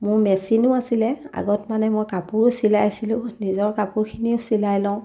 মোৰ মেচিনো আছিলে আগত মানে মই কাপোৰো চিলাইছিলোঁ নিজৰ কাপোৰখিনিও চিলাই লওঁ